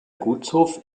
gutshof